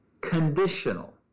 Conditional